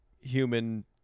human